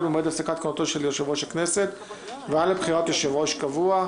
ממועד הפסקת כהונתו של יושב-ראש הכנסת ועד לבחירת יושב-ראש קבוע.